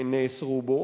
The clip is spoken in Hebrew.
שנאסרו בו